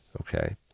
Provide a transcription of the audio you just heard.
Okay